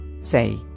say